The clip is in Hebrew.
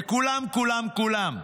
לכולם כולם כולם.